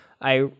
I-